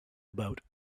about